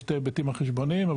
יש את ההיבטים החשבוניים.